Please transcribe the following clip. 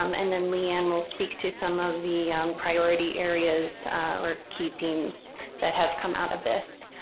um and then leigh ann will speak to some of the priority areas or key themes that have come out of this.